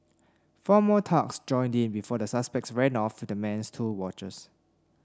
four more thugs joined in before the suspects ran off with the man's two watches